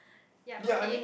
yup okay